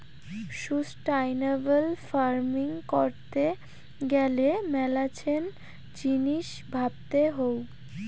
sustainable farming করত গ্যালে মেলাছেন জিনিস ভাবতে হউ